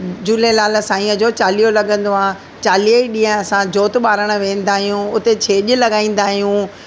झूलेलाल साईंअ जो चालीहो लगंदो आहे चालीह ई ॾींहं असां जोत ॿहिराण वेंदा आहियूं उते छेॼ लॻाईंदा आहियूं